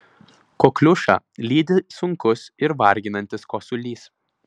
kokliušą lydi sunkus ir varginantis kosulys